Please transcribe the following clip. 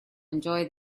enjoy